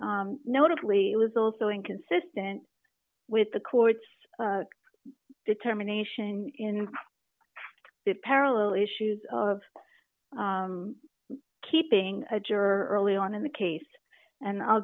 notably it was also inconsistent with the court's determination in parallel issues of keeping a juror early on in the case and i'll